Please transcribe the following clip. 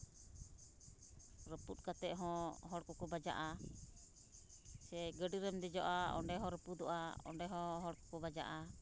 ᱨᱟᱹᱯᱩᱫ ᱠᱟᱛᱮᱫ ᱦᱚᱸ ᱦᱚᱲ ᱠᱚᱠᱚ ᱵᱟᱡᱟᱜᱼᱟ ᱥᱮ ᱜᱟᱹᱰᱤ ᱨᱮᱢ ᱫᱮᱡᱚᱜᱼᱟ ᱚᱸᱰᱮ ᱦᱚᱸ ᱨᱟᱹᱯᱩᱫᱚᱜᱼᱟ ᱚᱸᱰᱮ ᱦᱚᱸ ᱦᱚᱲ ᱠᱚᱠᱚ ᱵᱟᱡᱟᱜᱼᱟ